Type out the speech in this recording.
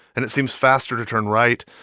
and it seems faster to turn right,